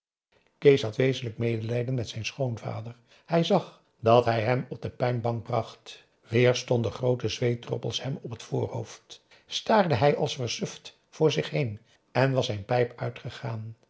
kees had wezenlijk medelijden met zijn schoonvader hij zag dat hij hem op de pijnbank bracht weer stonden groote zweetdroppels hem op het voorhoofd staarde hij als versuft voor zich heen en was zijn pijp uitgegaan